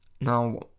Now